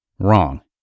Wrong